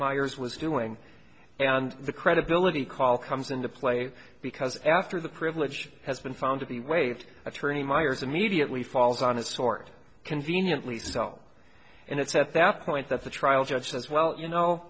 myers was doing and the credibility call comes into play because after the privilege has been found to be waived attorney myers immediately falls on his sword conveniently so and it's at that point that the trial judge says well you know